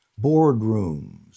Boardrooms